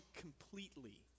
completely